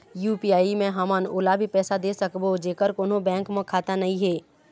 UPI मे हमन ओला भी पैसा दे सकबो जेकर कोन्हो बैंक म खाता नई हे?